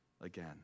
again